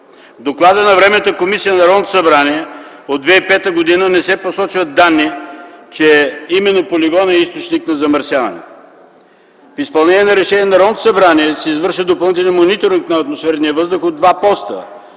В доклада на Временната комисия на Народното събрание от 2005 г. не се посочват данни, че именно полигонът е източник на замърсяване. В изпълнение на решение на Народното събрание се извършва допълнителен мониторинг на атмосферния въздух от два поста